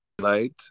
light